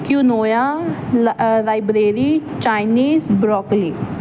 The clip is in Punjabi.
ਕਿਉਂ ਨੋਆ ਲਾਈਬਰੇਰੀ ਚਾਈਨੀਜ ਬਰੋਕਲੀ